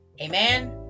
Amen